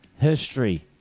history